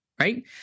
Right